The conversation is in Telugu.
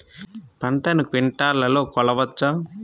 పంటను క్వింటాల్లలో కొలవచ్చా?